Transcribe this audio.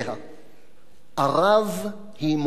ערב היא מולדת הערבים,